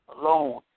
alone